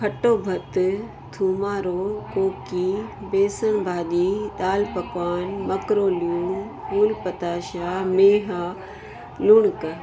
खटो भत थूमारो कोकी बेसन भाॼी दाल पकवान मक्रोली फूल पताशा मेहा लूणक